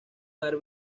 dar